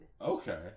Okay